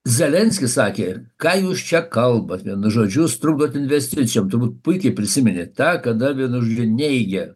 zelenskis sakė ką jūs čia kalbat vienu žodžiujūs trukdot investicijom turbūt puikiai prisimeni tą kada vienu žodžiu neigė